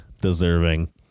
deserving